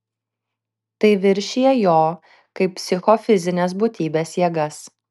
tai viršija jo kaip psichofizinės būtybės jėgas